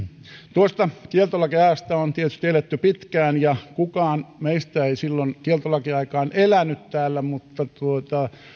tuosta kieltolakiajasta on tietysti eletty pitkään ja kukaan meistä ei silloin kieltolakiaikaan elänyt täällä mutta